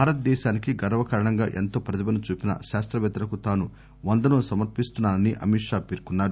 భారతదేశానికి గర్వకారణంగా ఎంతో ప్రతిభను చూపించిన శాస్త్రవేత్తలకు తాను వందనం సమర్పిస్తున్నా నని అమిత్ పేర్కొన్నారు